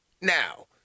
Now